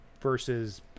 versus